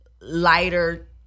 lighter